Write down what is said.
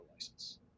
license